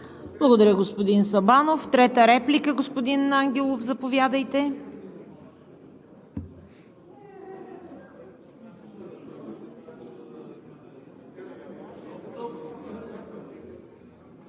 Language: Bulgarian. Благодаря, господин Сабанов. Трета реплика? Господин Ангелов, заповядайте.